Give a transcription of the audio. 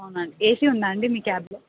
అవునాండి ఏసీ ఉందండి మీ క్యాబ్లో